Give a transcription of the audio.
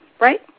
Right